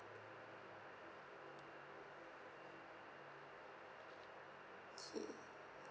okay